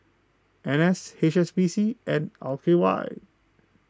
N S H S B C and L K Y